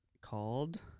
called